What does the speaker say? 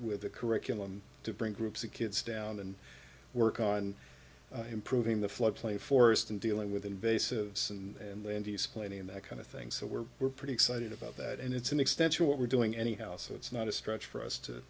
with the curriculum to bring groups of kids down and work on improving the floodplain forest and dealing with invasive and lindy's plane and that kind of thing so we're we're pretty excited about that and it's an extension of what we're doing anyhow so it's not a stretch for us to